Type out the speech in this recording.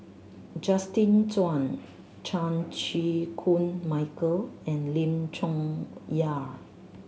Justin Zhuang Chan Chew Koon Michael and Lim Chong Yah